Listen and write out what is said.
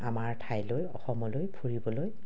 আমাৰ ঠাইলৈ অসমলৈ ফুৰিবলৈ